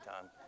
time